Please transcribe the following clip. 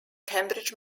cambridge